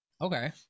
Okay